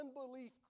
unbelief